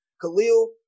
Khalil